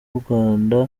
rwanda